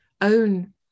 own